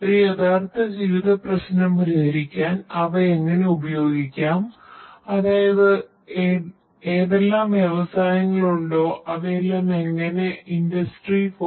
ഒരു യഥാർത്ഥ ജീവിത പ്രശ്നം പരിഹരിക്കാൻ അവ എങ്ങനെ ഉപയോഗിക്കാം അതായതു ഏതെല്ലാം വ്യവസായങ്ങൾ ഉണ്ടോ അവയെല്ലാം എങ്ങനെ ഇൻഡസ്ടറി 4